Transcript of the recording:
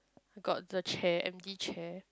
got the chair empty chair